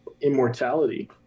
immortality